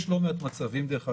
יש לא מעט מצבים, דרך אגב,